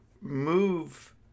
move